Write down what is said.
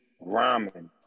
rhyming